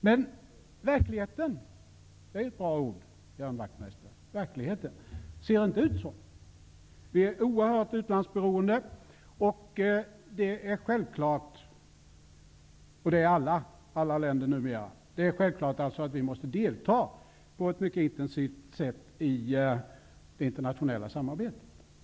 Men verkligheten -- det är ett bra ord, Ian Wachtmeister ser inte ut så. Vi är oerhört utlandsberoende -- det är alla länder nu för tiden -- och det är självklart att vi måste delta på ett intensivt sätt i det internationella samarbetet.